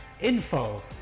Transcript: info